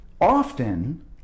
often